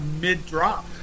mid-drop